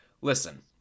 listen